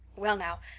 well now,